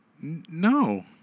No